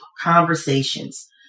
conversations